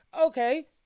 okay